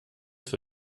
für